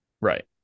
right